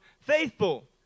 faithful